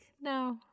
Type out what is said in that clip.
no